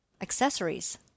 accessories